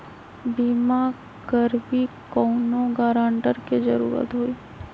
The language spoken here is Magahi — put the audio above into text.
बिमा करबी कैउनो गारंटर की जरूरत होई?